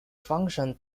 function